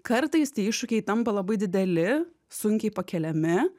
kartais tie iššūkiai tampa labai dideli sunkiai pakeliami